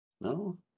No